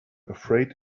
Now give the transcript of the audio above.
afraid